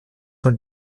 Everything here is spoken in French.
dans